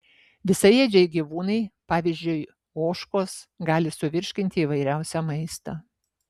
visaėdžiai gyvūnai pavyzdžiui ožkos gali suvirškinti įvairiausią maistą